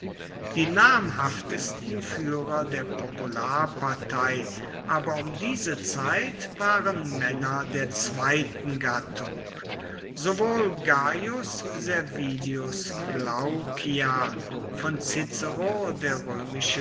die namhaftesten führer der popularpartei aber um diese zeit waren männer der zweiten gattung sowohl gaius servilius glaucia von cicero der